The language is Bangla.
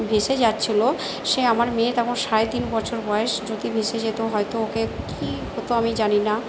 ভেসে যাচ্ছিল সে আমার মেয়ের তখন সাড়ে তিন বছর বয়স যদি ভেসে যেত হয়তো ওকে কী হতো আমি জানি না